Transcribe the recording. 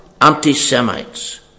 anti-Semites